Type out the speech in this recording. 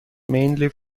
mainly